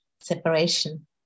separation